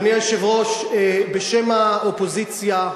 אדוני היושב-ראש, בשם האופוזיציה,